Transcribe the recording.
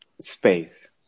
space